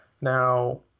now